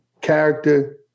character